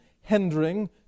hindering